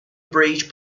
bridge